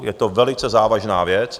Je to velice závažná věc.